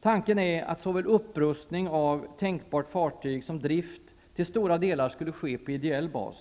Tanken är att såväl upprustning av tänkbart fartyg som drift till stora delar skulle ske på ideell bas.